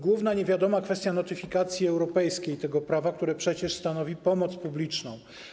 Główna niewiadoma to kwestia notyfikacji europejskiej tego prawa, które przecież stanowi pomoc publiczną.